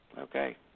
okay